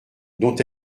dont